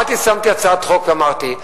באתי ושמתי הצעת חוק, ואמרתי: